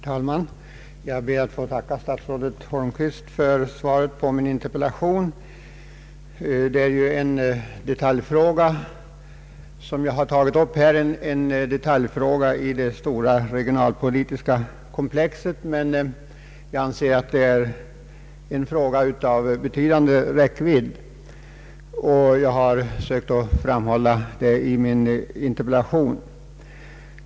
Herr talman! Jag ber att få tacka statsrådet Holmqvist för svaret på min interpellation. Den fråga jag har tagit upp är en detaljfråga i det stora regionalpolitiska komplexet, men jag anser ändå att det är en fråga av betydande räckvidd. Detta har jag också framhållit i min interpellation.